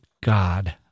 God